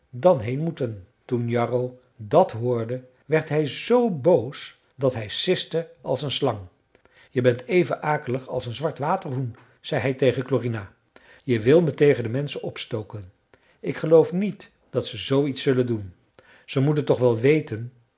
dan heen moeten toen jarro dat hoorde werd hij z boos dat hij siste als een slang je bent even akelig als een zwart waterhoen zei hij tegen klorina je wil me tegen de menschen opstoken ik geloof niet dat ze zooiets zullen doen zij moeten toch wel weten